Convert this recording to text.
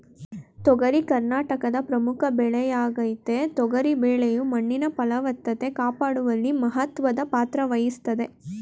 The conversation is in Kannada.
ತೊಗರಿ ಕರ್ನಾಟಕದ ಪ್ರಮುಖ ಬೆಳೆಯಾಗಯ್ತೆ ತೊಗರಿ ಬೆಳೆಯು ಮಣ್ಣಿನ ಫಲವತ್ತತೆ ಕಾಪಾಡುವಲ್ಲಿ ಮಹತ್ತರ ಪಾತ್ರವಹಿಸ್ತದೆ